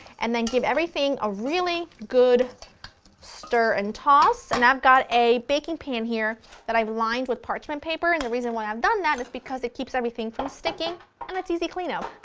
and then give everything a really good stir and toss and i've got a baking pan here that i've lined with parchment paper and the reason that i've done that is because it keeps everything from sticking and it's easy cleanup.